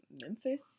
Memphis